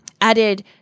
added